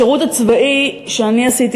השירות הצבאי שאני עשיתי,